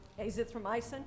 azithromycin